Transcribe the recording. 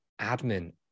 admin